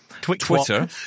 Twitter